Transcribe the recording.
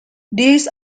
these